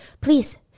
Please